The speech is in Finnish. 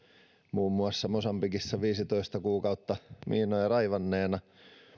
muun muassa mosambikissa viisitoista kuukautta miinoja raivanneena